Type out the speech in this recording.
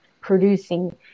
producing